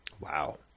Wow